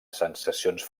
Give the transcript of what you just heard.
sensacions